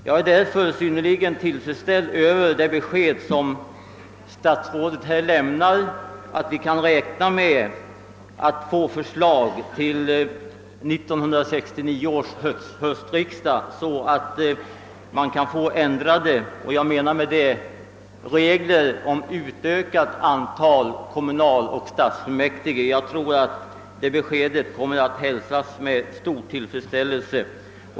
Jag är därför synnerligen tillfredsställd med det besked som statsrådet lämnade, att vi kan räkna med att få förslag till 1969 års höstriksdag om ändrade regler — och därmed menar jag regler om utökat antal kommunaloch stadsfullmäktige. Jag tror att det beskedet kommer att hälsas med stor tillfredsställelse.